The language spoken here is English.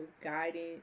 guidance